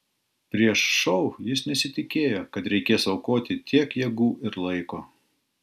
prieš šou jis nesitikėjo kad reikės aukoti tiek jėgų ir laiko